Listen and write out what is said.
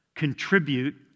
contribute